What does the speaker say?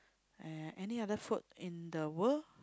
uh any other food in the world